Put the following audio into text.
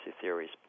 theories